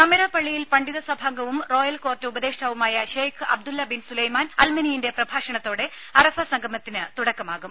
നമിറ പള്ളിയിൽ പണ്ഡിത സഭാംഗവും റോയൽ കോർട്ട് ഉപദേഷ്ടാവുമായ ശൈഖ് അബ്ദുല്ല ബിൻ സുലൈമാൻ അൽമനീഇന്റെ പ്രഭാഷണത്തോടെ അറഫാ സംഗമത്തിന് തുടക്കമാകും